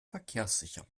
verkehrssicher